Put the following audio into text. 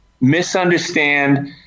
misunderstand